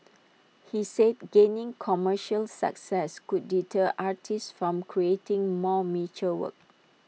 he said gaining commercial success could deter artists from creating more mature work